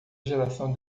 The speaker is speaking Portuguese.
geração